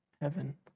heaven